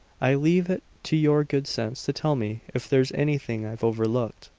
i leave it to your good sense to tell me if there's anything i've overlooked.